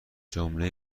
جمله